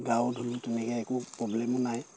গাও ধুলো তেনেকে একো প্ৰব্লেমো নাই